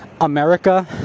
America